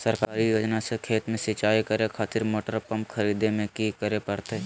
सरकारी योजना से खेत में सिंचाई करे खातिर मोटर पंप खरीदे में की करे परतय?